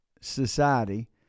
society